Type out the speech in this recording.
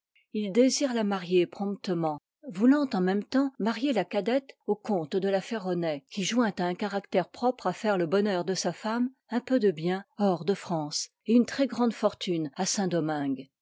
ils désirent la marier promptement i aujourd'hui m la comtesse de blacas voulant en même temps marier la cadette i part au comte de la ferronnays qui joint à liv lll un caractère propre à faire le bonheur de sa femme un peu de bien hors de france et une très-grande fortune à